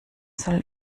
soll